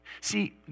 See